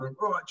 right